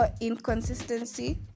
inconsistency